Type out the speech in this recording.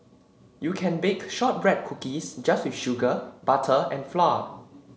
you can bake shortbread cookies just with sugar butter and flour